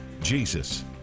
jesus